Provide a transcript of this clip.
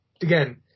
again